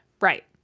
Right